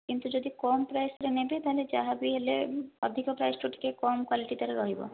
କିନ୍ତୁ ଯଦି କମ ପ୍ରାଇସ ର ନେବେ ତା ହେଲେ ଯାହା ବି ହେଲେ ଅଧିକ ପ୍ରାଇସଠୁ ଟିକେ କମ କ୍ୱାଲିଟି ତା ର ରହିବ